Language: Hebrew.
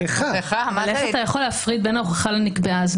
אתה יכול להפריד בין ההוכחה לנקבעה.